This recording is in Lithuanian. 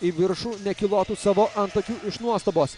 į viršų nekilnotų savo antakių iš nuostabos